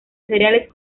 cereales